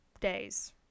days